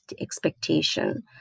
expectation